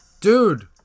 dude